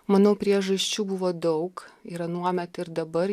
manau priežasčių buvo daug ir anuomet ir dabar